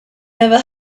never